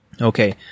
Okay